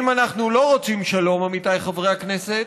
אם אנחנו לא רוצים שלום, עמיתיי חברי הכנסת,